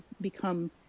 become